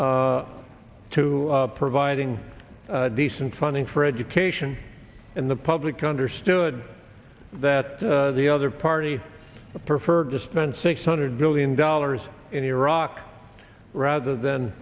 to providing decent funding for education in the public understood that the other party preferred to spend six hundred billion dollars in iraq rather than